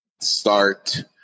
start